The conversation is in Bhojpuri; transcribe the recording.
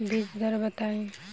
बीज दर बताई?